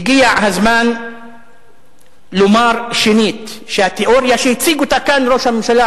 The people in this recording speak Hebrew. הגיע הזמן לומר שנית שהתיאוריה שהציג כאן ראש הממשלה,